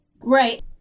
Right